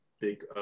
big